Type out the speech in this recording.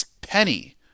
penny